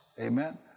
Amen